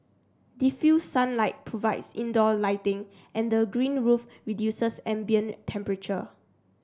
diffused sunlight provides indoor lighting and the green roof reduces ambient temperature